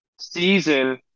season